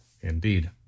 Indeed